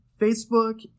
Facebook